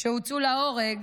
שהוצאו להורג